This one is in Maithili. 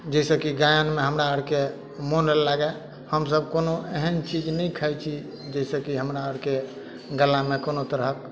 जाहि सऽ की गायनमे हमरा आरके मोन लागए हमसब कोनो एहेन चीज नहि खाइ छी जाहि सऽ की हमरा आओरके गल्लामे कोनो तरहक